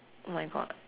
oh my God